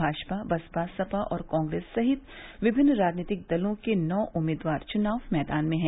भाजपा बसपा सपा और कांग्रेस सहित विभिन्न राजनीतिक दलों के नौ उम्मीदवार चुनाव मैदान में हैं